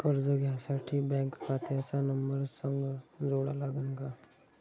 कर्ज घ्यासाठी बँक खात्याचा नंबर संग जोडा लागन का?